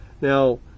Now